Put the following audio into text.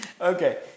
okay